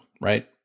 right